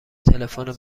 تلفن